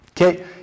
okay